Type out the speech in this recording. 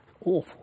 awful